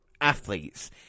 athletes